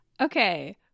okay